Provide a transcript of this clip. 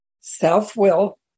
Self-will